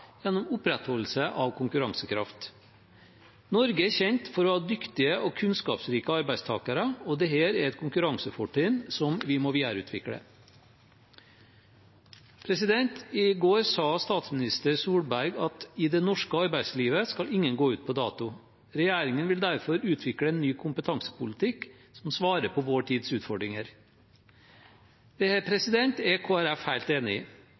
gjennom opprettholdelse av konkurransekraft. Norge er kjent for å ha dyktige og kunnskapsrike arbeidstakere, og dette er et konkurransefortrinn som vi må videreutvikle. I går sa statsminister Solberg at ingen skal gå ut på dato i det norske arbeidslivet. Regjeringen vil derfor utvikle en ny kompetansepolitikk som svarer på vår tids utfordringer. Dette er Kristelig Folkeparti helt enig i.